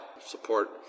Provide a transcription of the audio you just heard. support